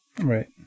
Right